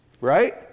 Right